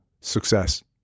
success